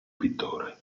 pittore